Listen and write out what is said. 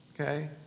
Okay